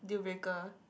deal breaker